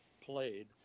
played